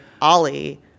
Ollie